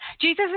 Jesus